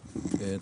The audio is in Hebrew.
ישעיהו.